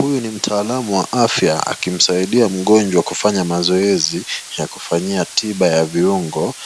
Huyu ni mtaalamu wa afya akimsaidia mgonjwa kufanya mazoezi ya kufanyia tiba ya viungo